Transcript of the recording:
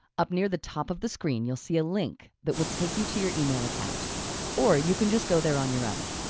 up near the top of the screen you'll see a link that will take you to your email account or you can just go there on your own.